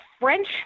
french